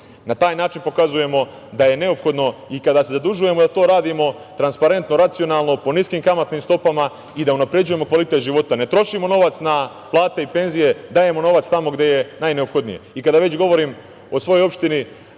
Na taj način pokazujemo da je neophodno i kada se zadužujemo da to radimo transparentno, racionalno, po niskim kamatnim stopama i da unapređujemo kvalitet života. Ne trošimo novac na plate i penzije, dajemo novac tamo gde je najneophodniji. .Kada već govorim o svojoj opštini,